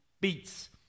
beats